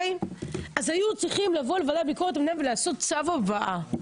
אז היו צריכים לבוא לוועדת ביקורת המדינה ולעשות צו הבאה.